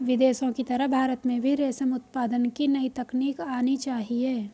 विदेशों की तरह भारत में भी रेशम उत्पादन की नई तकनीक आनी चाहिए